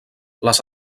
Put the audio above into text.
les